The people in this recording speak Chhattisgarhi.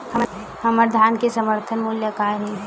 हमर धान के समर्थन मूल्य का हे?